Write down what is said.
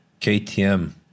KTM